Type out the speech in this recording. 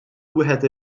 wieħed